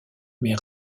mais